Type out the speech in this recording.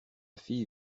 fille